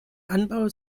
anbau